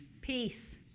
peace